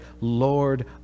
Lord